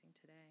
today